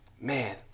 man